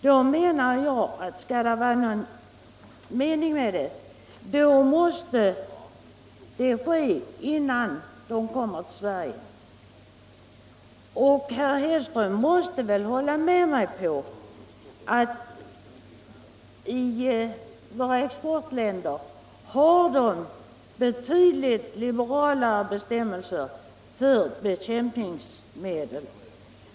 Då anser jag att skall det vara någon mening med denna analys, måste den ske innan varorna kommer till Sverige. Herr Hedström måste väl hålla med mig om att det i våra exportländer finns betydligt liberalare bestämmelser för bekämpningsmedel.